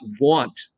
want